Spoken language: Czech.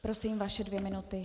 Prosím, vaše dvě minuty.